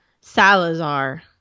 Salazar